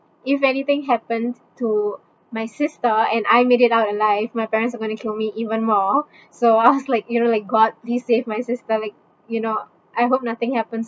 if anything happened to my sister and I made it out alive my parents are going to kill me even more so I was like you know like god please save my sister like you know I hope nothing happens